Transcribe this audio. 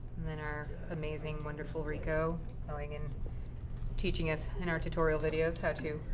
then, our amazing, wonderful rico going and teaching us in our tutorial videos how to